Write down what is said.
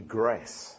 grace